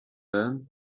learned